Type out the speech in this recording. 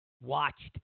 watched